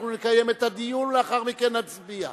אנחנו נקיים את הדיון ולאחר מכן נצביע.